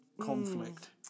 Conflict